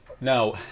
now